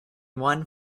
one